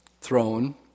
throne